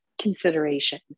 consideration